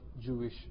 Jewish